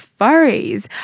furries